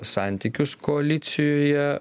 santykius koalicijoje